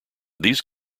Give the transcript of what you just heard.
these